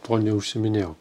tuo neužsiiminėjau